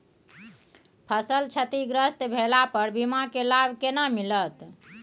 फसल क्षतिग्रस्त भेला पर बीमा के लाभ केना मिलत?